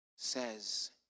says